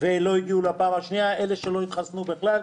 ולא הגיעו לפעם השנייה ואלה לא התחסנו בכלל,